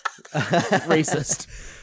racist